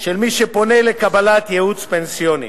של מי שפונה לקבלת ייעוץ פנסיוני.